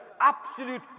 absolute